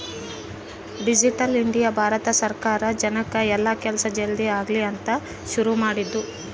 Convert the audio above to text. digital India Bharat ಸರ್ಕಾರ ಜನಕ್ ಎಲ್ಲ ಕೆಲ್ಸ ಜಲ್ದೀ ಆಗಲಿ ಅಂತ ಶುರು ಮಾಡಿದ್ದು